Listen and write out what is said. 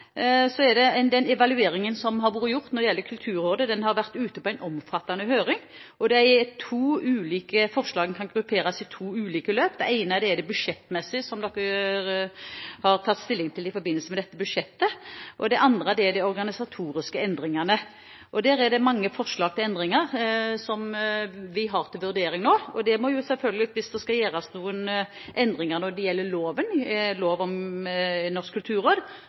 det gjelder Kulturrådet: Den evalueringen som har vært gjort når det gjelder Kulturrådet, har vært ute på en omfattende høring, og det er to ulike forslag, som kan grupperes i to ulike løp. Det ene er det budsjettmessige, som en har tatt stilling til i forbindelse med dette budsjettet. Det andre er de organisatoriske endringene. Det er mange forslag til endringer som vi har til vurdering nå, og hvis det skal gjøres noen endringer når det gjelder lov om Norsk